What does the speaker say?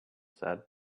said